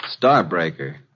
Starbreaker